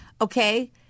Okay